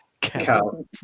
cow